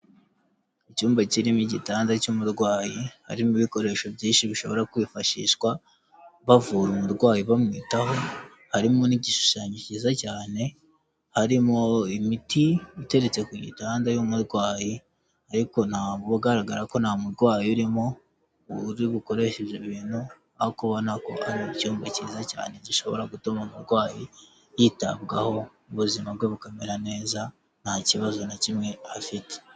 Icyumba kirimo igitanda cy'umurwayi, harimo ibikoresho byinshi bishobora kwifashishwa bavura umurwayi bamwitaho, harimo n'igishushanyo cyiza cyane, harimo imiti iteretse ku gitanda cy'umurwayi, ariko nta ugaragara ko nta murwayi urimo, uri bukoresheje ibyo bintu, ariko ubona ko ari icyumba cyiza cyane gishobora gutuma umurwayi yitabwaho, buzima bwe bukamera neza, nta kibazo na kimwe afite.